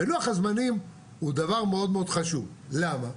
ולוח הזמנים הוא דבר מאוד-מאוד חשוב, למה?